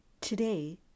Today